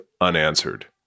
unanswered